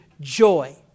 joy